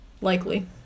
likely